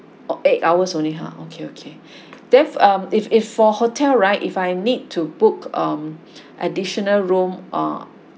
oh eight hours only !huh! okay okay if um if if for hotel right if I need to book um additional room uh